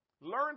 Learn